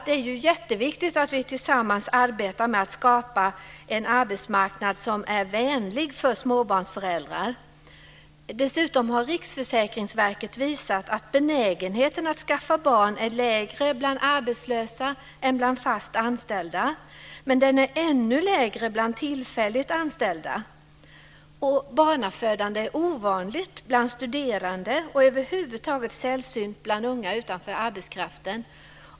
Det är jätteviktigt att vi tillsammans arbetar med att skapa en arbetsmarknad som är vänlig för småbarnsföräldrar. Dessutom har Riksförsäkringsverket visat att benägenheten att skaffa barn är lägre bland arbetslösa än bland fast anställda. Men den är ännu lägre bland tillfälligt anställda. Barnafödande är ovanligt bland studerande och över huvud taget sällsynt bland unga utanför arbetskraften.